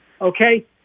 Okay